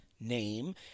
name